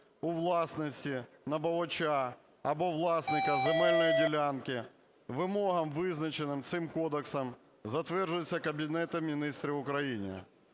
у власності набувача або власника земельної ділянки, вимогам, визначеним цим кодексом, затверджується Кабінетом Міністрів України".